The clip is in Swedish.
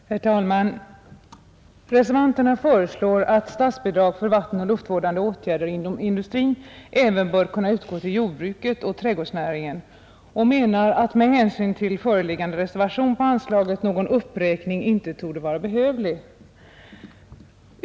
Herr talman! Reservanterna föreslår att statsbidrag för vattenoch luftvårdande åtgärder inom industrin även bör kunna utgå till jordbruket och trädgårdsnäringen och menar att med hänsyn till föreliggande reservation på anslaget någon uppräkning av detsamma inte torde vara behövlig.